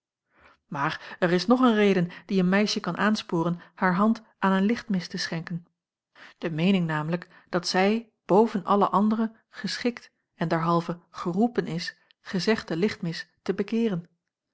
maar er is nog een reden die een meisje kan aansporen haar hand aan een lichtmis te schenken de meening namelijk dat zij boven alle andere geschikt en derhalve geroepen is gezegden lichtmis te bekeeren